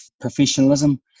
professionalism